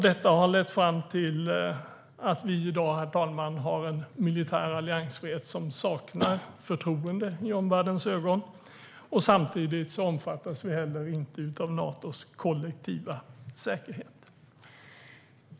Detta har lett fram till att Sverige i dag hävdar militär alliansfrihet som saknar förtroende i omvärldens ögon. Samtidigt omfattas Sverige inte heller av Natos kollektiva säkerhet.